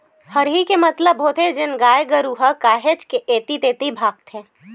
हरही के मतलब होथे जेन गाय गरु ह काहेच के ऐती तेती भागथे